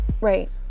Right